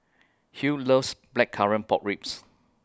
Hughes loves Blackcurrant Pork Ribs